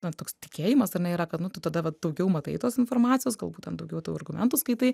na toks tikėjimas ar ne yra kad nu tu tada daugiau matai tos informacijos galbūt ten daugiau tų argumentų skaitai